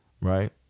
right